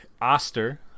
oster